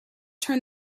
turn